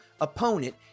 opponent